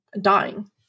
dying